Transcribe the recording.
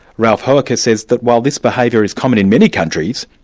ralf hoecker says that while this behaviour is common in many countries,